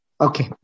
Okay